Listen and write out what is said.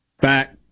back